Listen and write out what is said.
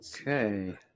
Okay